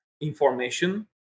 information